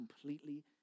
completely